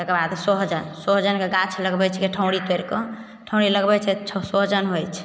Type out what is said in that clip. ताहिके बाद सहजनि सहजनिके गाछ लगबैत छियै ठौहरी तोड़िकऽ ठौहरी लगबैत छियै तऽ सहजनि होइत छै